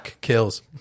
kills